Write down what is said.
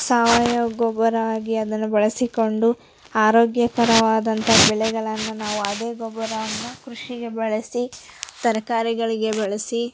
ಸಾವಯವ ಗೊಬ್ಬರ ಆಗಿ ಅದನ್ನು ಬಳಸಿಕೊಂಡು ಆರೋಗ್ಯಕರವಾದಂಥ ಬೆಳೆಗಳನ್ನ ನಾವು ಅದೇ ಗೊಬ್ಬರವನ್ನು ಕೃಷಿಗೆ ಬಳಸಿ ತರಕಾರಿಗಳಿಗೆ ಬಳಸಿ